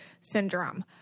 syndrome